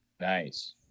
Nice